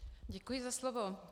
Děkuji za slovo.